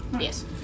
Yes